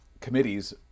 committees